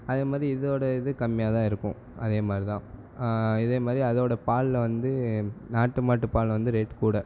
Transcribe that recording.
அதே மாதிரி இதோட இது கம்மியாக தான் இருக்கும் அதே மாதிரி தான் இதே மாதிரி அதோட பாலில் வந்து நாட்டு மாட்டு பால் வந்து ரேட் கூட